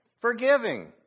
forgiving